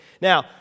Now